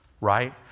Right